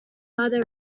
neither